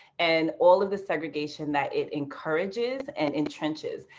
and all of the segregation that it encourages and entrenches.